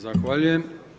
Zahvaljujem.